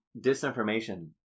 disinformation